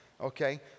okay